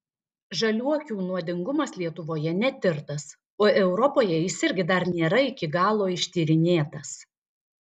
žaliuokių nuodingumas lietuvoje netirtas o europoje jis irgi dar nėra iki galo ištyrinėtas